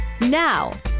Now